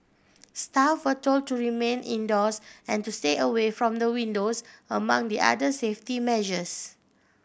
staff were told to remain indoors and to stay away from the windows among the other safety measures